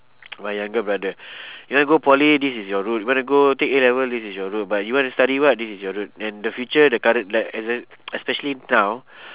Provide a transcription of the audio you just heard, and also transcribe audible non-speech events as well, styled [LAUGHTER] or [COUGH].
[NOISE] my younger brother you want go poly this is your road you want to go take A-level this is your road but you want to study what this is your road in the future the current like espec~ especially now